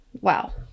Wow